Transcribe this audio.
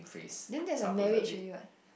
then that's the marriage already what